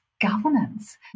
governance